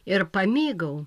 ir pamėgau